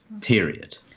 Period